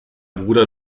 bruder